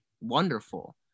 wonderful